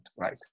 right